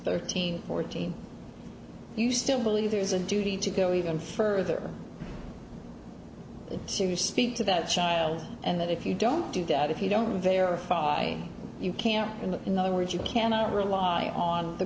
thirteen fourteen you still believe there's a duty to go even further serious speak to that child and that if you don't do that if you don't verify you can and in other words you cannot rely on the